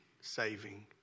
saving